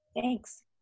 Thanks